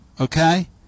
okay